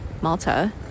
Malta